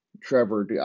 Trevor